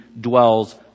dwells